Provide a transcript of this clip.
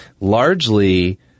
largely